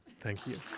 thank you